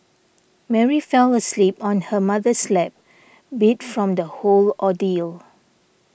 Mary fell asleep on her mother's lap beat from the whole ordeal